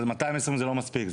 אבל 220 זה לא מספיק,